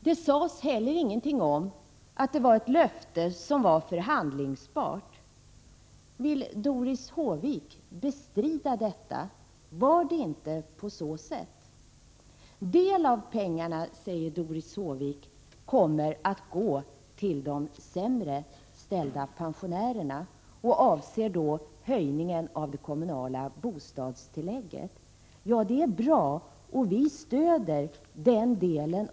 Det sades heller ingenting om att det var ett löfte som var förhandlingsbart. Bestrider Doris Håvik detta? Var det inte på det viset? Doris Håvik säger att en del av pengarna kommer att gå till de sämre ställda pensionärerna och hon avser då höjningen av det kommunala bostadstillägget. Ja, det är bra. Vi stöder förslaget i den delen.